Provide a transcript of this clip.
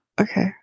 okay